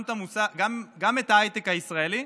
גם את ההייטק הישראלי,